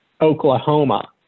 Oklahoma